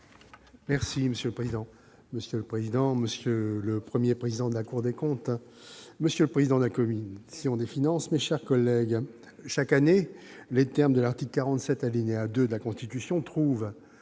des affaires sociales. Monsieur le président, monsieur le Premier président de la Cour des comptes, monsieur le président de la commission des finances, mes chers collègues, chaque année, les termes de l'article 47, alinéa 2, de la Constitution trouvent